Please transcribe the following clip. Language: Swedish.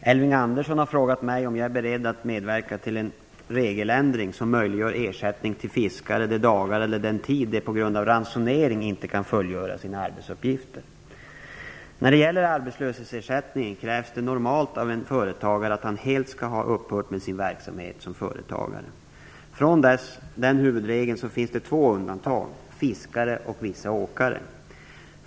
Elving Andersson har frågat mig om jag är beredd att medverka till en regeländring som möjliggör ersättning till fiskare de dagar eller den tid de på grund av ransonering inte kan fullgöra sin arbetsuppgift. När det gäller arbetslöshetsersättningen krävs det normalt av en företagare att han helt skall ha upphört med sin verksamhet som företagare. Från den huvudregeln finns det två undantag: fiskare och vissa åkare.